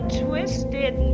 twisted